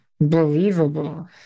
believable